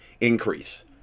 increase